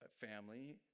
family